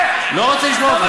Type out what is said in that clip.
ראש הממשלה, לא רוצה לשמוע אותך.